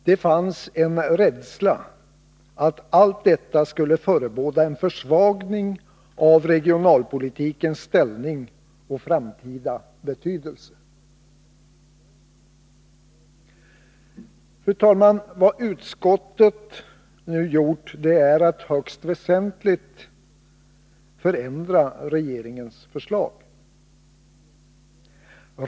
Det fanns en rädsla för att allt detta förebådade en försvagning av regionalpolitikens ställning och framtida betydelse. Fru talman! Vad utskottet nu har gjort är att högst väsentligt förändra regeringens förslag.